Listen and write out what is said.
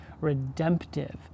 redemptive